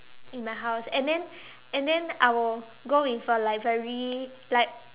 in my house and then and then I will go with a like very like